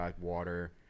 water